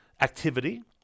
activity